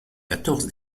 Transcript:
quatorze